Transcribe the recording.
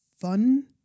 fun